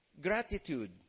gratitude